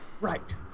Right